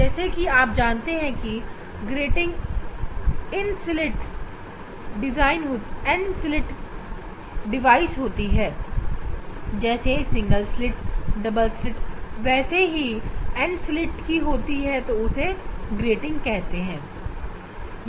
जैसा कि आप जानते हैं कि ग्रेटिंग N स्लिट डिवाइस होती है जैसे सिंगल स्लिट डबल स्लिट वैसे ही जो N स्लिट की होती है उसे ग्रेटिंग कहते हैं